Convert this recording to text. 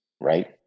right